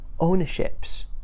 ownerships